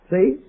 See